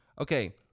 Okay